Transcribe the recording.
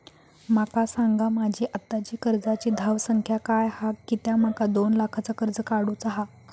माका सांगा माझी आत्ताची कर्जाची धावसंख्या काय हा कित्या माका दोन लाखाचा कर्ज काढू चा हा?